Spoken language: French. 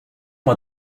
moi